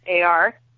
AR